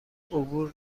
عبور